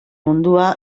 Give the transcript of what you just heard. mundua